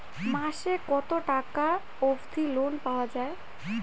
মাসে কত টাকা অবধি লোন পাওয়া য়ায়?